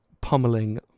pummeling